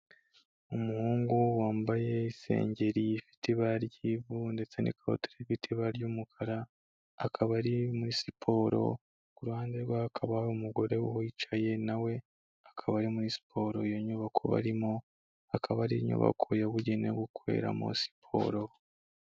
Umuhungu wambaye isengeri, ifite ibara ry'ivu ndetse n'ikoti rifite ibara ry'umukara, akaba ari muri siporo ku ruhande rwe hakaba umugore wicaye nawe akaba ari muri siporo. Iyo nyubako barimo akaba ari inyubako yabugenewe gukoreramo siporo.